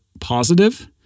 positive